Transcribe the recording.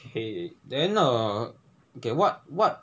okay then err okay what what